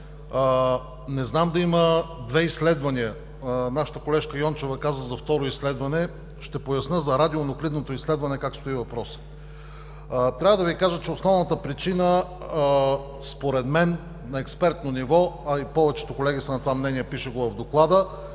Не знам да има две изследвания. Нашата колежка Йончева каза за второ изследване. Ще поясня за радионуклидното изследване как стои въпросът. Трябва да Ви кажа, че основната причина според мен е на експертно ниво, а и повечето колеги са на това мнение, пише го в доклада,